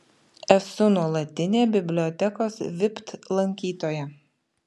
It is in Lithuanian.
esu nuolatinė bibliotekos vipt lankytoja